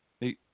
Hey